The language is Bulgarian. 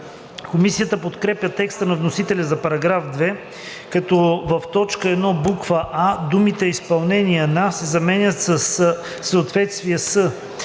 Комисията подкрепя текста на вносителя за § 2, като в т. 1, буква „а“ думите „изпълнение на“ се заменят със „съответствие с“